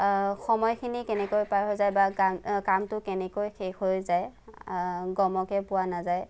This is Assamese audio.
সময়খিনি কেনেকৈ পাৰ হৈ যায় বা গান কামটো কেনেকৈ শেষ হৈ য়ায় গমকে পোৱা নাযায়